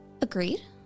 Agreed